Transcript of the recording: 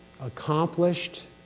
accomplished